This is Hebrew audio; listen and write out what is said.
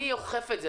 מי אוכף את ההוראה?